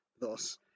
Thus